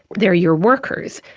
they are your workers.